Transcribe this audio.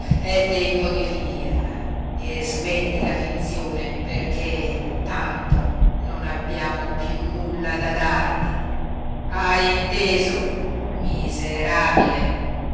è tempo di finirla e smetti la finzione perché tanto non abbiamo piú nulla da darti hai inteso miserabile